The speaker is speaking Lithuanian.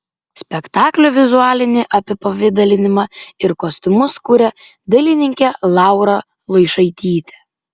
spektaklio vizualinį apipavidalinimą ir kostiumus kuria dailininkė laura luišaitytė